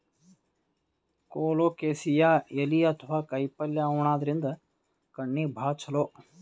colocasia ಎಲಿ ಅಥವಾ ಕಾಯಿಪಲ್ಯ ಉಣಾದ್ರಿನ್ದ ಕಣ್ಣಿಗ್ ಭಾಳ್ ಛಲೋ